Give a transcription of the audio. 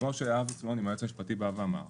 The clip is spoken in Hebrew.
כמו שיואב עצמוני היועץ המשפטי בא ואמר,